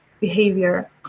behavior